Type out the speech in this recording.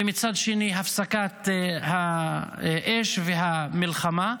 ומצד שני, הפסקת האש והמלחמה.